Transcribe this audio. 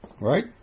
Right